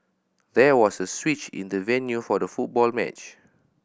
there was a switch in the venue for the football match